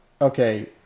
Okay